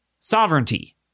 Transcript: sovereignty